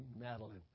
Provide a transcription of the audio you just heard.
Madeline